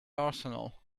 arsenal